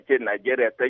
Nigeria